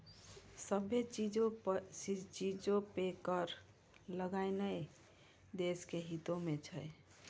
सभ्भे चीजो पे कर लगैनाय देश के हितो मे छै